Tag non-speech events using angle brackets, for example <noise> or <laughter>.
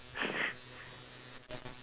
<laughs>